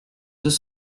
deux